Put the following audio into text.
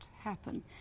happen